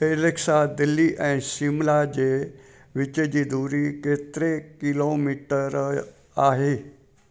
Alexa Delhi ऐं शिमला जे विच जी दूरी केतिरे किलोमीटर आहे